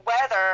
weather